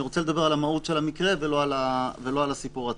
אני רוצה לדבר על המהות של המקרה ולא על הסיפור עצמו.